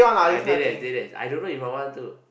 I did it I did it I don't know If I want to